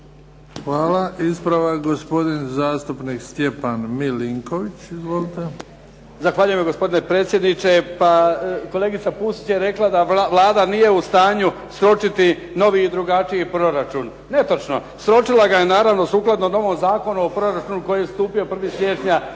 Hvala. Ispravak gospodin zastupnik Stjepan Milnković. Izvolite. **Milinković, Stjepan (HDZ)** Zahvaljujem gospodine predsjedniče. Pa kolegica Pusić je rekla da Vlada nije u stanju sročiti novi i drugačiji proračun. Netočno. Sročila ga je naravno sukladno novom Zakonu o proračunu koji je stupio 1. siječnja